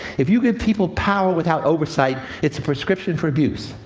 if you give people power without oversight, it's a prescription for abuse.